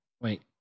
wait